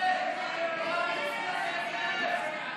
ההסתייגות